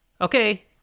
Okay